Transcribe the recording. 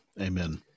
Amen